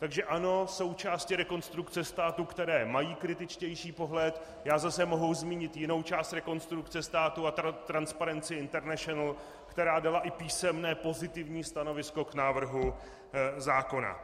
Takže ano, jsou části Rekonstrukce státu, které mají kritičtější pohled, já zase mohu zmínit jinou část Rekonstrukce státu, Transparency International, která dala i písemné pozitivní stanovisko k návrhu zákona.